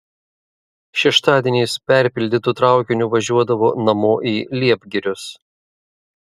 šeštadieniais perpildytu traukiniu važiuodavo namo į liepgirius